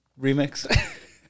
remix